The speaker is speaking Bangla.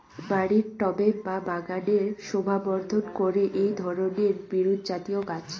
বাড়ির টবে বা বাগানের শোভাবর্ধন করে এই ধরণের বিরুৎজাতীয় গাছ